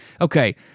okay